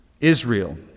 Israel